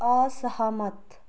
असहमत